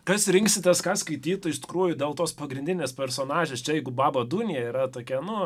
kas rinksitės ką skaityti iš tikrųjų dėl tos pagrindinės personažės čia jeigu baba dunija yra tokia nu